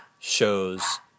shows